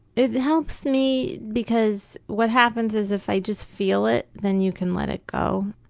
it helps me because what happens is if i just feel it, then you can let it go,